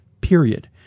period